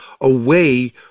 away